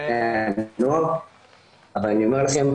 אבל אני אומר לכם,